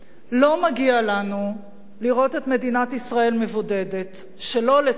לא מגיע לנו לראות את מדינת ישראל מבודדת שלא לצורך,